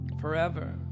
forever